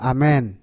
Amen